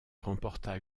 remporta